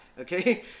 okay